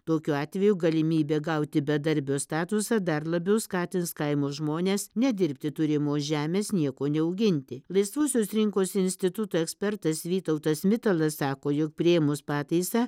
tokiu atveju galimybė gauti bedarbio statusą dar labiau skatins kaimo žmones nedirbti turimos žemės nieko neauginti laisvosios rinkos instituto ekspertas vytautas mitalas sako jog priėmus pataisą